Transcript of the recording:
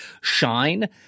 shine